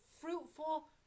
fruitful